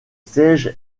siège